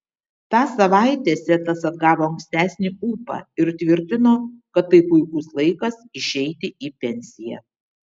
tą savaitę setas atgavo ankstesnį ūpą ir tvirtino kad tai puikus laikas išeiti į pensiją